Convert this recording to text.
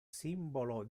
simbolo